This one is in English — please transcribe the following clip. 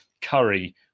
curry